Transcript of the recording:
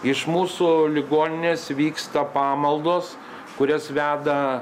iš mūsų ligoninės vyksta pamaldos kurias veda